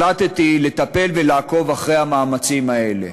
החלטתי לטפל ולעקוב אחרי המאמצים האלה.